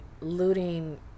looting